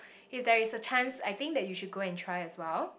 if there is a chance I think that you go and try as well